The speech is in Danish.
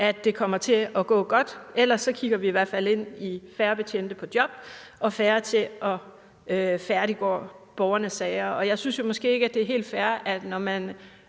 at det kommer til at gå godt. Ellers kigger vi i hvert fald ind i færre betjente på job og færre til at færdiggøre borgernes sager. Jeg synes jo måske ikke, at det er helt fair, at man